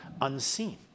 unseen